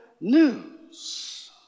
news